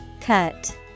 Cut